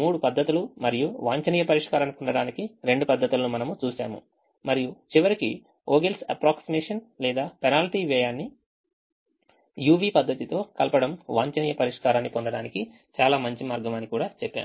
మూడు పద్ధతులు మరియు వాంఛనీయ పరిష్కారాన్ని పొందడానికి రెండు పద్ధతులను మనము చూశాము మరియు చివరకు Vogels approximation లేదా పెనాల్టీ వ్యయాన్ని u v పద్ధతితో కలపడం వాంఛనీయ పరిష్కారాన్ని పొందడానికి చాలా మంచి మార్గం అని చెప్పాము